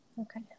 Okay